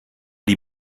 die